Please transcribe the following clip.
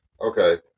Okay